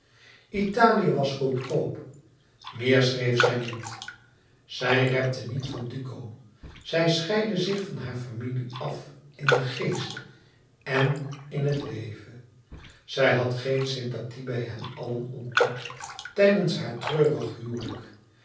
italië was goedkoop meer schreef zij niet zij repte niet van duco zij scheidde zich van hare familie af in den geest en in het leven zij had geene sympathie bij hen allen ontmoet tijdens haar treurig huwelijk